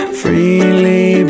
freely